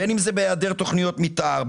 בין אם זה בהיעדר תכניות מתאר,